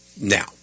now